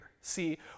See